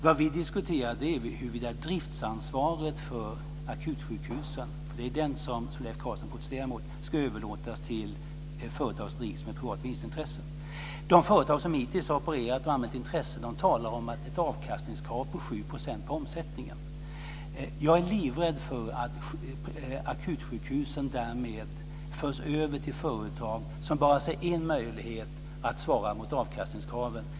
Vad vi diskuterar är huruvida driftsansvaret för akutsjukhusen - det är det som Leif Carlson protesterar mot - ska överlåtas till företag som drivs med privat vinstintresse. De företag som hittills har opererat och anmält intresse talar om ett avkastningskrav på 7 % på omsättningen. Jag är livrädd för att akutsjukhusen därmed förs över till företag som bara ser en möjlighet att svara mot avkastningskraven.